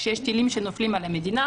כשיש טילים שנופלים על המדינה,